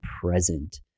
present